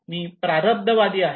मी प्रारब्धवादी आहे